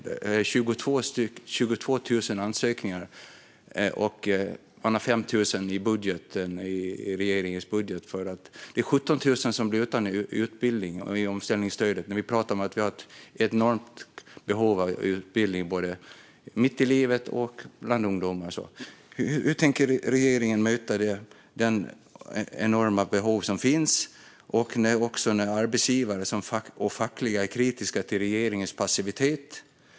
Det har kommit 22 000 ansökningar, och man har 5 000 i regeringens budget. Det är 17 000 som blir utan utbildning i omställningsstödet. Ändå pratar vi om att det finns ett enormt behov av utbildning både mitt i livet och bland ungdomar. Hur tänker regeringen möta det enorma behov som finns? Också arbetsgivare och fack är kritiska till regeringens passivitet.